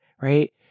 right